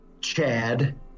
Chad